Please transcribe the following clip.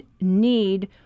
need